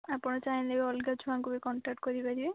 ଆପଣ ଚାହିଁଲେ ବି ଅଲଗା ଛୁଆଙ୍କୁ ବି କଣ୍ଟାକ୍ଟ କରିପାରିବେ